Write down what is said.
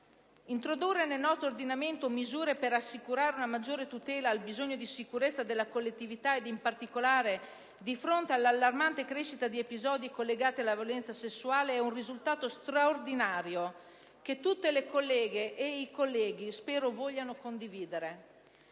Introdurre nel nostro ordinamento misure per assicurare una maggiore tutela al bisogno di sicurezza della collettività, ed in particolare a fronte dell'allarmante crescita di episodi collegati alla violenza sessuale, è un risultato straordinario che tutte le colleghe ed i colleghi spero vogliano condividere.